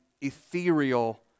ethereal